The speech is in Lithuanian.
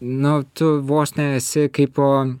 nu tu vos ne esi kaipo